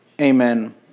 amen